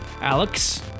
Alex